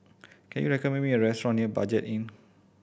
can you recommend me a restaurant near Budget Inn